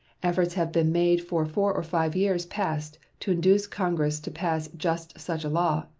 efforts have been made for four or five years past to induce congress to pass just such a law.